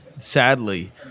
Sadly